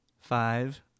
Five